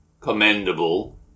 commendable